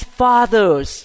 fathers